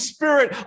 Spirit